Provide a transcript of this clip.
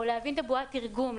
או להבין את בועת התרגום,